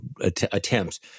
attempts